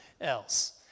else